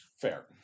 Fair